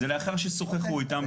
זה לאחר ששוחחו איתם,